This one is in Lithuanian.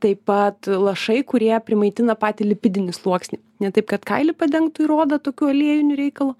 taip pat lašai kurie primaitina patį lipidinį sluoksnį ne taip kad kaili padengtų ir odą tokiu aliejiniu reikalu